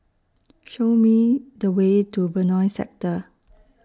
Show Me The Way to Benoi Sector